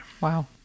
Wow